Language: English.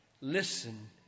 Listen